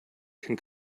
can